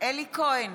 אלי כהן,